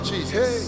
Jesus